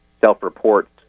Self-reports